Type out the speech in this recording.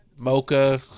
mocha